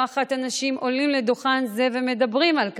ולא אחת אנשים עולים לדוכן זה ומדברים על כך,